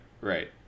right